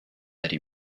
eddie